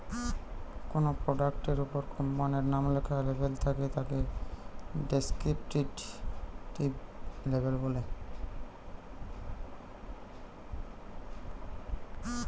কোনো প্রোডাক্ট এর উপর কোম্পানির নাম লেখা লেবেল থাকে তাকে ডেস্ক্রিপটিভ লেবেল বলে